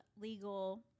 legal